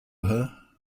her